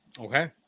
Okay